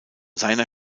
seiner